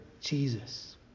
Jesus